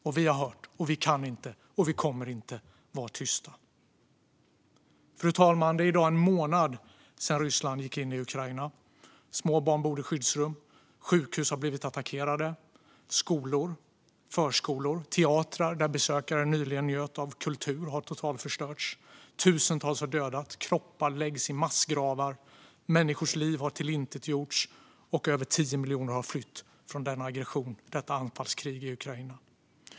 Och vi har hört, och vi kan inte och kommer inte att vara tysta. Fru talman! Det är i dag en månad sedan Ryssland gick in i Ukraina. Små barn bor i skyddsrum. Sjukhus, skolor och förskolor har blivit attackerade, och teatrar, där besökare nyligen njöt av kultur, har totalförstörts. Tusentals har dödats. Kroppar läggs i massgravar. Människors liv har tillintetgjorts. Och över 10 miljoner har flytt från denna aggression, detta anfallskrig i Ukraina.